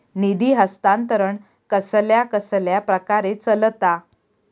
निधी हस्तांतरण कसल्या कसल्या प्रकारे चलता?